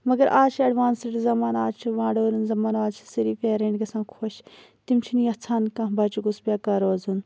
مَگَر آز چھُ ایڈوانسٕڈ زَمانہٕ آز چھُ ماڈٲرٕن زَمان آز چھِ سٲری پیرَنٹ گَژھان خۄش تِم چھِ نہٕ یَژھان کانٛہہ بَچہِ گوٚژھ بیٚکار روزُن